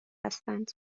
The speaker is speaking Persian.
هستند